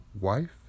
wife